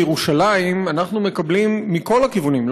בירושלים אנחנו מקבלים מכל הכיוונים,